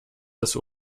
des